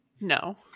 No